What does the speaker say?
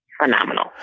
phenomenal